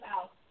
out